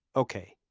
ok,